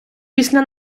після